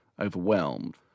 overwhelmed